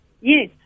Yes